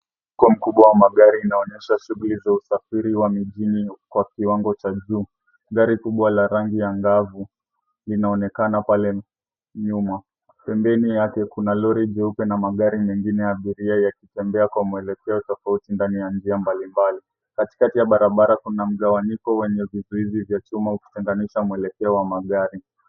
Kituo cha magari kinaonyesha shughuli zake, magari mengi yakiwa yamepangwa kwa mistari huku mengine yakiwa na mabango juu. Gari kuu la rangi ya dhahabu linaonekana upande wa nyuma. Pembeni yake kuna lori jeupe na magari mengine yakielekea kwa mwelekeo tofauti ndani ya barabara mbalimbali. Katikati ya barabara kuna askari wa trafiki akiwa amevaa mavazi ya usalama, akisimamia mwelekeo wa magari.